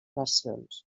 versions